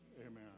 Amen